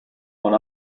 una